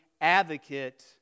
advocate